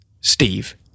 Steve